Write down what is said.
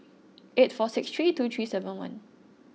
eight four six three two three seven one